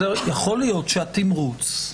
יכול להיות שהתמרוץ,